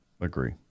agree